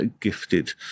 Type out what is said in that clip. gifted